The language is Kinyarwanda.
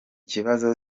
kibazo